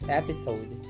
episode